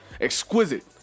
Exquisite